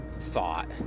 thought